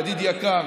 ידיד יקר.